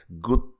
good